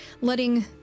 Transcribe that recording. letting